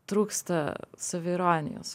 trūksta saviironijos